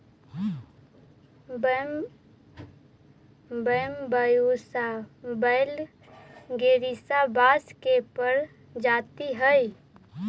Bambusa vulgaris बाँस के प्रजाति हइ